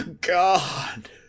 god